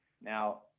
Now